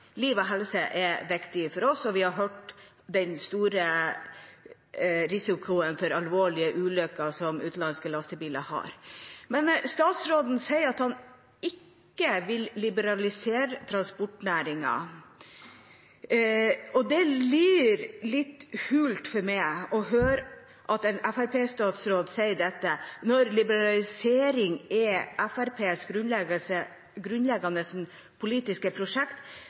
og helse er viktig for oss, og vi har hørt om den store risikoen det er for alvorlige ulykker med utenlandske lastebiler. Statsråden sier at han ikke vil liberalisere transportnæringen. Det lyder litt hult for meg når en Fremskrittsparti-statsråd sier dette, når liberalisering er Fremskrittspartiets grunnleggende politiske prosjekt.